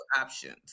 options